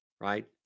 right